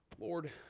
Lord